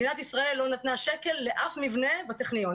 מדינת ישראל לא נתנה שקל לאף מבנה בטכניון,